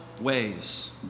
ways